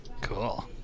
Cool